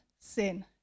sin